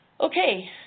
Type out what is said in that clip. Okay